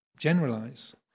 generalize